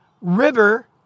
river